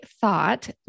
thought